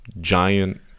giant